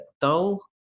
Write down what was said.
dull